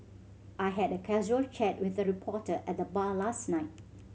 I had a casual chat with a reporter at the bar last night